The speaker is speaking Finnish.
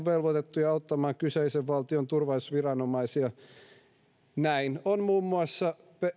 velvoitettuja auttamaan kyseisen valtion turvallisuusviranomaisia näin on muun muassa